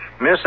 Miss